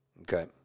okay